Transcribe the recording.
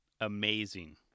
Amazing